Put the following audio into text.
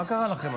מה קרה לכם?